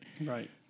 Right